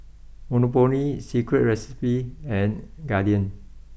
Monopoly Secret Recipe and Guardian